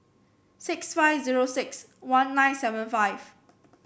six five zero six one nine seven five